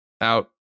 out